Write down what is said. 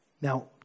Now